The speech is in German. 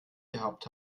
gehabt